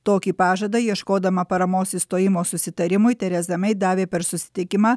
tokį pažadą ieškodama paramos išstojimo susitarimui tereza mei davė per susitikimą